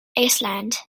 iceland